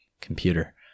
computer